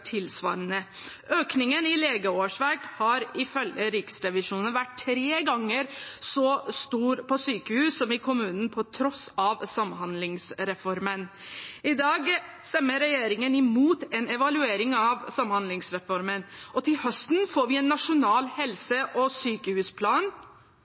tilsvarende. Økningen i legeårsverk har ifølge Riksrevisjonen vært tre ganger så stor på sykehus som i kommunene – til tross for samhandlingsreformen. I dag stemmer regjeringspartiene imot en evaluering av samhandlingsreformen. Til høsten får vi en nasjonal